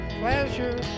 pleasure